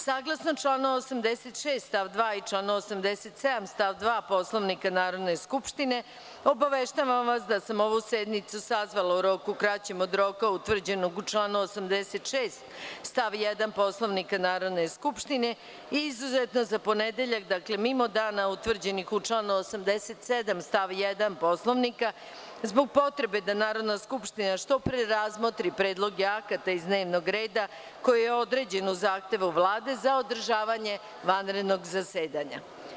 Saglasno članu 86. stav 2. i članu 87. stav 2. Poslovnika Narodne skupštine, obaveštavam vas da sam ovu sednicu sazvala u roku kraćem od roka utvrđenog u članu 86. stav 1. Poslovnika Narodne skupštine izuzetno za ponedeljak, mimo dana utvrđenih u članu 87. stav 1. Poslovnika, zbog potrebe da Narodna skupština što pre razmotri predloge akata iz dnevnog reda, koji je određen u zahtevu Vlade za održavanje vanrednog zasedanja.